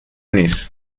نیست